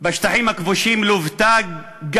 בשטחים הכבושים לוותה גם